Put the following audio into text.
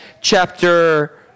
chapter